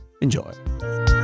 enjoy